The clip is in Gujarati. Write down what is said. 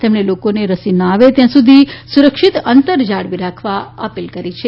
તેમણે લોકોને રસી ન આવે ત્યાં સુધી સુરક્ષીત અંતર જાળવી રાખવા અપીલ કરી છે